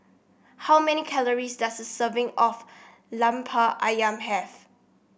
how many calories does a serving of Lemper ayam have